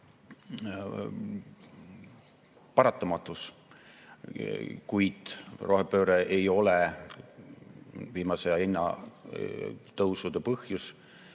paratamatus. Kuid rohepööre ei ole viimase aja hinnatõusude põhjus,